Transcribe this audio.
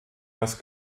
das